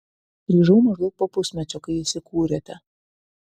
grįžau maždaug po pusmečio kai įsikūrėte